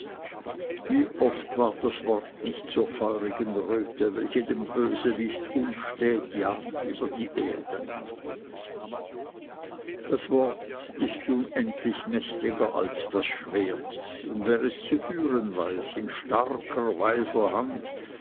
wie oft ward das wort nicht zur feurigen röte welche den bösewicht unstät jagte über die erde das wort ist unendlich mächtiger als das schwert und wer es zu führen weiß in starker weiser hand